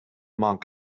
monk